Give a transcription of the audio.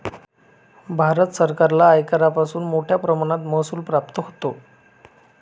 भारत सरकारला आयकरापासून मोठया प्रमाणात महसूल प्राप्त होतो